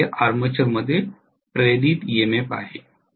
तर हे आर्मेचरमध्ये इंड्यूज्ड ईएमएफ आहे